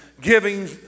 giving